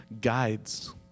guides